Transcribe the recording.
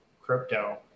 crypto